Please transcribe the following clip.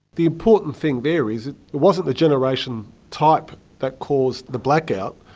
the important thing there is it it wasn't the generation type that caused the blackout.